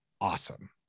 awesome